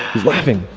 he's laughing.